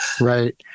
Right